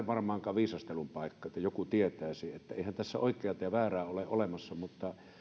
varmaankaan viisastelun paikka että joku tietäisi eihän tässä ole oikeata ja väärää olemassa mutta